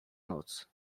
noc